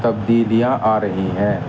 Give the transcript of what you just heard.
تبدیلیاں آ رہی ہیں